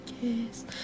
kiss